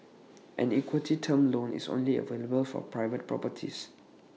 an equity term loan is only available for private properties